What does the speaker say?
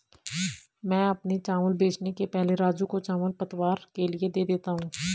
मैं अपने चावल बेचने के पहले राजू को चावल पतवार के लिए दे देता हूं